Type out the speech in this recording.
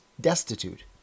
destitute